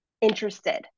interested